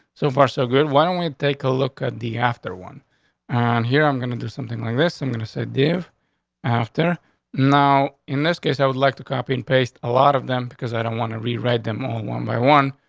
so far, so good. why don't we take a look at the after one on and here? i'm going to do something like this. i'm going to say dev after now. in this case, i would like to copy and paste a lot of them because i don't want to rewrite them on one by one,